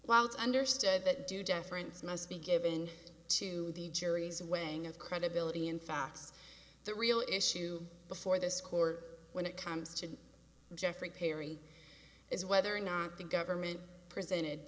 while it's understood that due deference nice to be given to the jury's weighing of credibility in facts the real issue before this court when it comes to jeffrey perry is whether or not the government presented